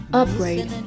upgrade